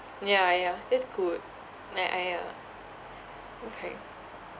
ya ya that's good like ah ya okay